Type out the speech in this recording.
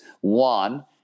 one